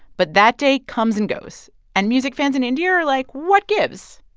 but that day comes and goes, and music fans in india are like, what gives?